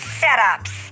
setups